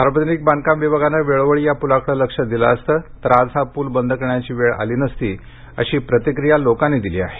सार्वजनिक बांधकाम विभागानं वेळोवेळी या पूलाकडे लक्ष दिलं असतं तर आज हा पूल बंद करण्याची वेळ आली नसती अशी प्रतिक्रिया लोकांनी दिली आहे